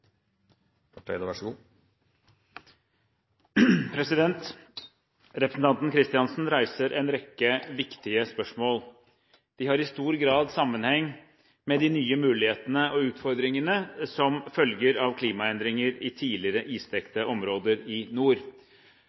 Representanten Kristiansen reiser en rekke viktige spørsmål. De har i stor grad sammenheng med de nye mulighetene og utfordringene som følger av klimaendringer i tidligere isdekte områder i nord.